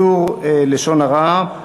אף לא אחד, נמנעים,